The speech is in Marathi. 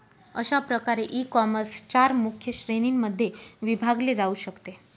अशा प्रकारे ईकॉमर्स चार मुख्य श्रेणींमध्ये विभागले जाऊ शकते